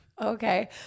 Okay